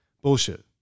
Bullshit